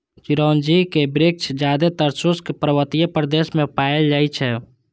चिरौंजीक वृक्ष जादेतर शुष्क पर्वतीय प्रदेश मे पाएल जाइ छै